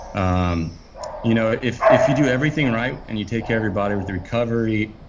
um you know if if you do everything right and you take care of your body with recovery,